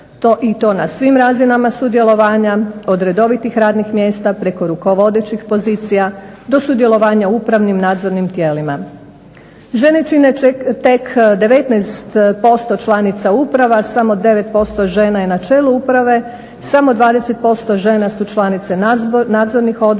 i to na svim razinama sudjelovanja od redovitih radnih mjesta, preko rukovodećkih pozicija do sudjelovanja u upravnim, nadzornim tijelima. Žene čine tek 19% članica uprava, samo 9% žena je na čelu uprave, samo 20% žena su članice nadzornih odbora